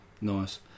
Nice